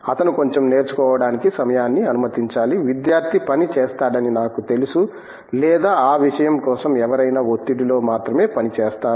అతను కొంచెం నేర్చుకోవడానికి సమయాన్ని అనుమతించాలి విద్యార్థి పని చేస్తాడని నాకు తెలుసు లేదా ఆ విషయం కోసం ఎవరైనా ఒత్తిడిలో మాత్రమే పని చేస్తారు